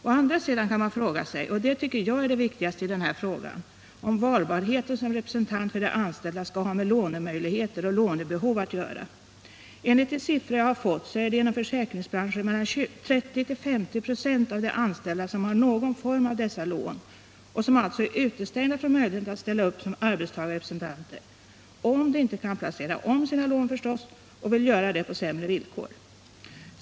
Å andra sidan kan man fråga sig, och det tycker jag är det viktigaste i den här frågan, om valbarheten som representant för de anställda skall ha med lånemöjligheter och lånebehov att göra. Enligt de siffror jag har fått är det inom försäkringsbranschen mellan 30 96 och 50 96 av de anställda som har någon form av dessa lån och som alltså är utestängda från möjligheten att ställa upp som arbetstagarrepresentanter — dvs. om de inte kan placera om sina lån eller inte vill göra det på sämre villkor.